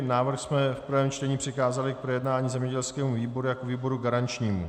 Návrh jsme v prvém čtení přikázali k projednání zemědělskému výboru jako výboru garančnímu.